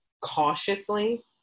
cautiously